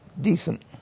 decent